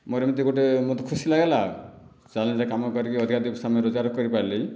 ମୋ'ର ଏମିତି ଗୋଟିଏ ମୋତେ ଖୁସି ଲାଗିଲା ଚ୍ୟାଲେଞ୍ଜରେ କାମ କରିକି ଅଧିକା ଦୁଇ ପଇସା ମୁଇଁ ରୋଜଗାର କରିପାରିଲି